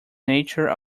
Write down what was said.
nature